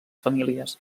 famílies